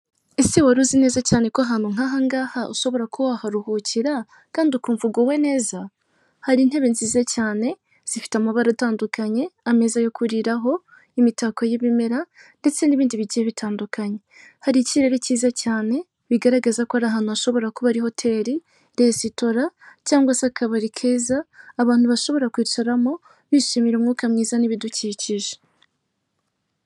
Ese wari uzi neza cyane ko ahantu nk'ahangaha ushobora kuba waharuhukira kandi ukumva uguwe neza? Hari intebe nziza cyane zifite amabara atandukanye ameza yo kuriraho, imitako y'ibimera ndetse n'ibindi bigiye bitandukanye. Hari ikirere cyiza cyane bigaragaza ko ari ahantu hashobora kuba hoteli, resitora cyangwa se akabari keza abantu bashobora kwicaramo bishimira umwuka mwiza n'ibidukikije.